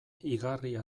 igarria